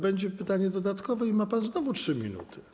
Będzie pytanie dodatkowe i wtedy ma pan znowu 3 minuty.